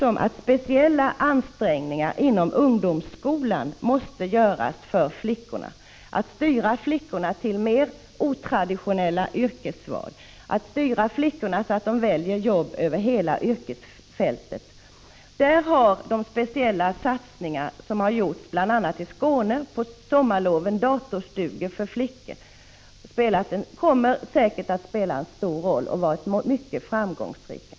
Och speciella ansträngningar inom ungdomsskolan måste göras för att styra flickorna till mer otraditionella yrkesval, styra dem så att de väljer jobb över hela yrkesfältet. De särskilda satsningar som har gjorts bl.a. i Skåne på sommarloven — datorstugor för flickor — har varit mycket framgångsrika och kommer säkert att spela en stor roll.